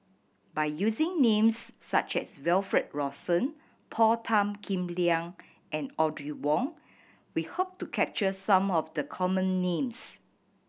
by using names such as Wilfed Lawson Paul Tan Kim Liang and Audrey Wong we hope to capture some of the common names